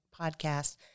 podcast